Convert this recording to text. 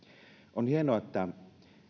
on hienoa että